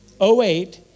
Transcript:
08